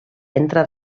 entre